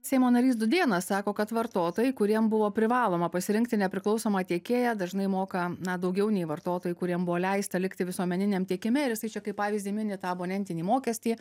seimo narys dudėnas sako kad vartotojai kuriem buvo privaloma pasirinkti nepriklausomą tiekėją dažnai moka na daugiau nei vartotojai kuriem buvo leista likti visuomeniniam tiekime ir jisai čia kaip pavyzdį mini tą abonentinį mokestį